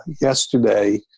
yesterday